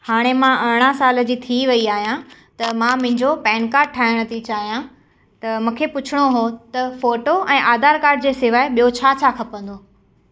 हाणे मां अरड़ह साले जी थी वेई आहियां त मां मुंहिंजो पेन काड ठाहिण थी चाहियां त मूंखे पुछिणो उहो त फ़ोटो ऐं आधार काड जे सवाइ ॿियो छा छा खपंदो